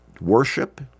worship